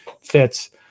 fits